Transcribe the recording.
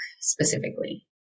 specifically